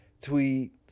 tweet